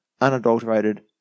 unadulterated